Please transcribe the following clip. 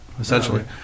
essentially